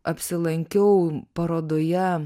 apsilankiau parodoje